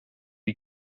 die